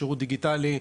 שירות דיגיטלי,